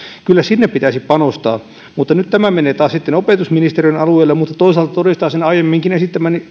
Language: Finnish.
kyllä sinne pitäisi panostaa mutta nyt tämä menee taas sitten opetusministeriön alueelle mutta toisaalta todistaa sen aiemminkin esittämäni